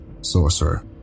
sorcerer